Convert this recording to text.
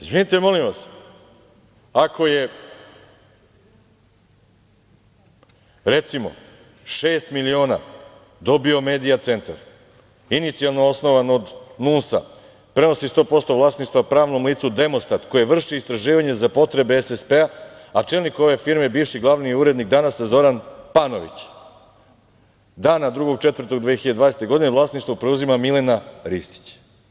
Izvinite molim vas, ako je recimo šest miliona dobio Medija centar, inicijalno osnovan od NUNS-a, prenosi 100% vlasništva pravnom licu „Demostat“ koje vrši istraživanje za potrebe SSP, a čelnik ove firme je bivši glavni urednik „Danas“ Zoran Panović, dana 2.4.2012. godine, vlasništvo preuzima Milena Ristić.